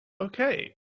okay